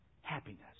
happiness